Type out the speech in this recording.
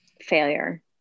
Failure